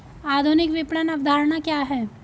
आधुनिक विपणन अवधारणा क्या है?